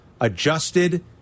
adjusted